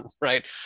right